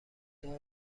دار